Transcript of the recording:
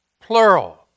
plural